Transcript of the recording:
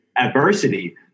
adversity